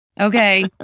Okay